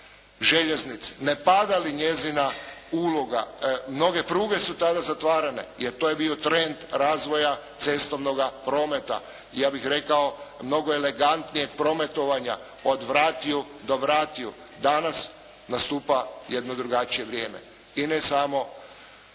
željeznice, ne pada li njezina uloga. Mnoge pruge su tada zatvarane jer to je bio trend razvoja cestovnoga prometa i ja bih rekao mnogo elegantnijeg prometovanja od vratiju do vratiju. Danas nastupa jedno drugačije vrijeme, i ne samo